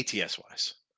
ATS-wise